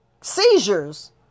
seizures